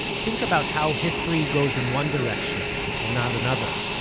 think about how history goes in one direction and not another.